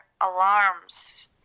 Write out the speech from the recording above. alarms